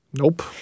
Nope